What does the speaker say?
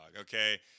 okay